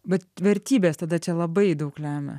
bet vertybės tada čia labai daug lemia